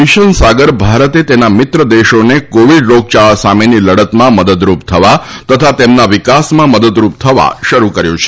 mission Sagar ભારતે તેના મિત્ર દેશોને કોવિડ રોગયાળા સામેની લડતમાં મદદરૂપ થવા તથા તેમના વિકાસમાં મદદરૂપ થવા શરૂ કર્યું છે